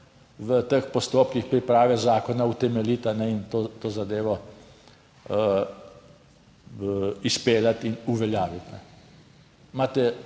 v teh postopkih priprave zakona utemeljiti in to zadevo izpeljati in uveljaviti.